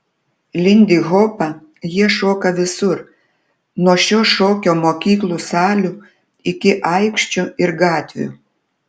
lindihopą jie šoka visur nuo šio šokio mokyklų salių iki aikščių ir gatvių